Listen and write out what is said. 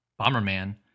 Bomberman